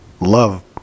love